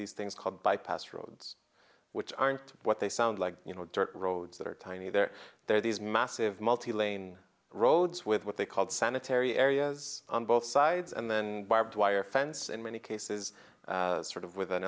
these things called bypass roads which aren't what they sound like you know dirt roads that are tiny there they're these massive multilane roads with what they called sanitary areas on both sides and then barbed wire fence in many cases sort of with an